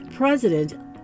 President